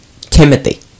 Timothy